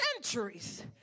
centuries